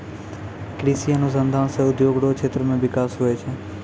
कृषि अनुसंधान से उद्योग रो क्षेत्र मे बिकास हुवै छै